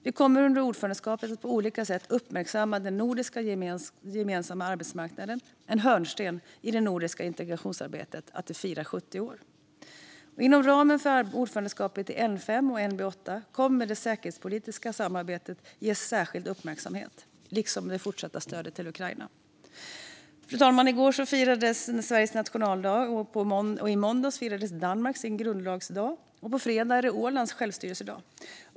Vi kommer under ordförandeskapet att på olika sätt uppmärksamma att den nordiska gemensamma arbetsmarknaden, som är en hörnsten i det nordiska integrationsarbetet, firar 70 år. Inom ramen för ordförandeskapen i N5 och NB8 kommer det säkerhetspolitiska samarbetet att ges särskild uppmärksamhet liksom det fortsatta stödet till Ukraina. Fru talman! I går firade vi Sveriges nationaldag, och i måndags firade Danmark sin grundlagsdag. På fredag är det Ålands självstyrelsedag.